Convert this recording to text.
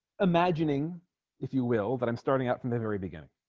imagining if you will that i'm starting out from the very beginning